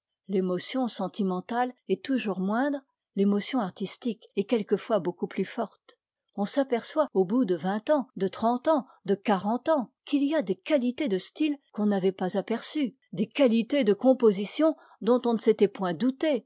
l'émotion sentimentale est toujours moindre l'émotion artistique est quelquefois beaucoup plus forte on s'aperçoit au bout de vingt ans de trente ans de quarante ans qu'il y a des qualités de style qu'on n'avait pas aperçues des qualités de composition dont on ne s'était point douté